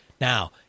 Now